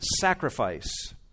sacrifice